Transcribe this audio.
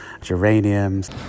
geraniums